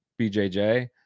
BJJ